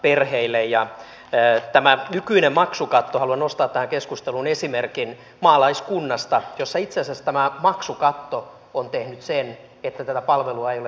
mitä tulee tähän nykyiseen maksukattoon haluan nostaa tähän keskusteluun esimerkin maalaiskunnasta missä itse asiassa tämä maksukatto on tehnyt sen että tätä palvelua ei ole tarjolla kenellekään